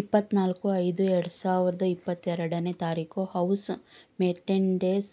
ಇಪ್ಪತ್ತ್ನಾಲ್ಕು ಐದು ಎರಡು ಸಾವಿರದ ಇಪ್ಪತ್ತೆರಡನೆ ತಾರೀಕು ಹೌಸ ಮೇಟೆಂಡೇಸ್